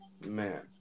man